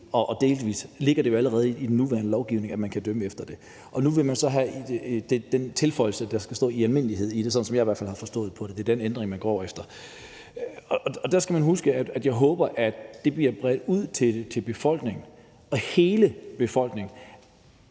– det ligger allerede i den nuværende lovgivning – dømme efter det. Nu vil man så have den tilføjelse, at der skal stå »i almindelighed« i det, i hvert fald som jeg har forstået det, altså at det er den ændring, man går efter. Og der håber jeg, at det bliver bredt ud til befolkningen, hele befolkningen,